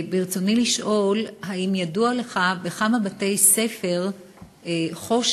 ברצוני לשאול: האם ידוע לך בכמה בתי-ספר חוש"ן,